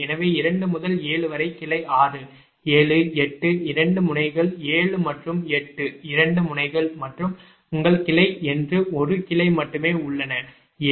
எனவே 2 முதல் 7 வரை கிளை 6 7 8 2 முனைகள் 7 மற்றும் 8 2 முனைகள் மற்றும் உங்கள் கிளை என்று 1 கிளை மட்டுமே உள்ளன 7